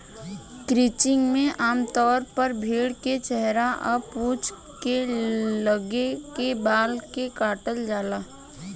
crutching में आमतौर पर भेड़ के चेहरा आ पूंछ के लगे के बाल के काटल जाला